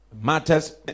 Matters